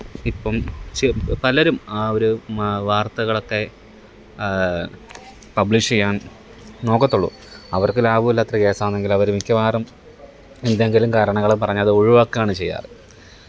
ഇപ്പം ച് പലരും ആ ഒര് മ വാര്ത്തകളൊക്കെ പബ്ലിഷ് ചെയ്യാൻ നോക്കത്തുള്ളൂ അവര്ക്ക് ലാഭം ഇല്ലാത്തൊരു കേസാണെങ്കില് അവര് മിക്കവാറും എന്തെങ്കിലും കാരണങ്ങള് പറഞ്ഞത് ഒഴിവാക്കാണ് ചെയ്യാറ്